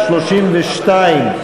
משרד האוצר (התקשוב הממשלתי),